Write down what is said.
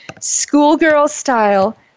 schoolgirl-style